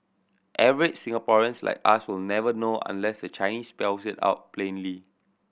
average Singaporeans like us will never know unless the Chinese spells it out plainly